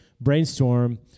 brainstorm